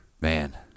Man